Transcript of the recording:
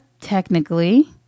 technically